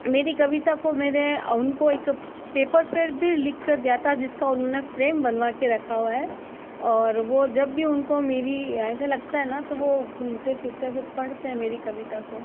मेरी कविता को मेरे उनको एक पेपर पर भी लिख कर दिया था जिस का उन्होंने फ्रेम बनवा के रखा हुआ है और वो जब भी उनको मेरी ऐसा लगता है ना तो वह घूमते फिरते से पढ़ते हैं मेरी कविता को